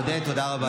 עודד, תודה רבה.